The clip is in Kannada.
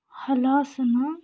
ಹಲಾಸನ